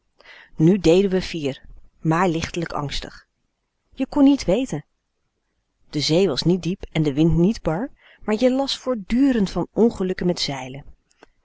nu deden we fier maar lichtelijk angstig je kon niet weten de zee was niet diep en de wind niet bar maar je las voortdurend van ongelukken met zeilen